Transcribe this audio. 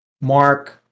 Mark